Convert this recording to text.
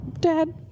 dad